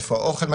איפה האוכל,